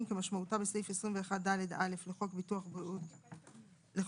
כמשמעותה בסעיף 21ד(א) לחוק ביטוח בריאות,